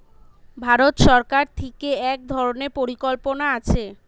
ভারত সরকার থিকে এক ধরণের পরিকল্পনা আছে